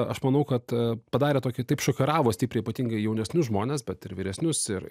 aš manau kad padarė tokį taip šokiravo stipriai ypatingai jaunesnius žmones bet ir vyresnius ir